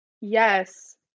yes